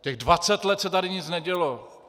Těch dvacet let se tady nic nedělo!